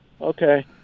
Okay